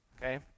Okay